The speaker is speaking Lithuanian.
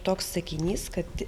toks sakinys kad